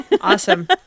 Awesome